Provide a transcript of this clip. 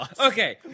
Okay